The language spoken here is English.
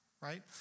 right